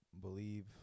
believe